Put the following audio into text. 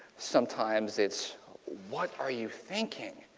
sometimes it's what are you thinking.